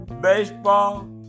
baseball